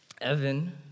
Evan